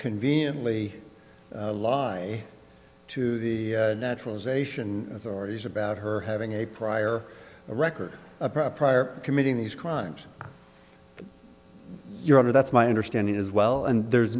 conveniently lie to the naturalization authorities about her having a prior record a proper prior committing these crimes your honor that's my understanding as well and there's